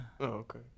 Okay